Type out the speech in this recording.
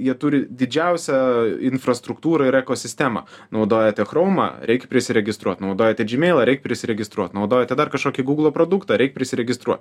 jie turi didžiausią infrastruktūrą ir ekosistemą naudojate chromą reikia prisiregistruot naudojate džimeilą reik prisiregistruot naudojate dar kažkokį gūglo produktą reik prisiregistruot